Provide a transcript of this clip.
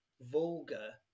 vulgar